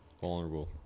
Vulnerable